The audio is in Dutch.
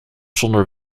zonder